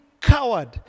coward